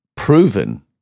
proven